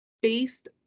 based